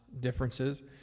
differences